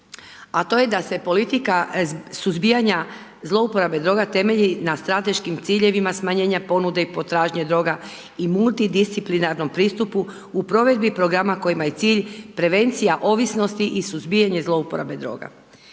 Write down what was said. a to je da se politika suzbijanja zlouporabe droga temelji na strateškim ciljevima smanjenja ponude i potražnje droga i multidisciplinarnom pristupu u provedbi programa kojima je cilj prevencija ovisnosti i suzbijanje zlouporabe droga.